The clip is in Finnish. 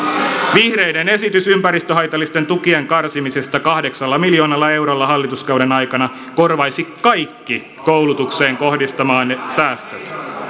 vihreiden esitys ympäristöhaitallisten tukien karsimisesta kahdeksalla miljoonalla eurolla hallituskauden aikana korvaisi kaikki koulutukseen kohdistamanne säästöt